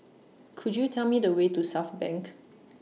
Could YOU Tell Me The Way to Southbank